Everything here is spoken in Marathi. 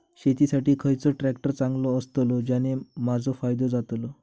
शेती साठी खयचो ट्रॅक्टर चांगलो अस्तलो ज्याने माजो फायदो जातलो?